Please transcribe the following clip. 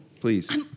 Please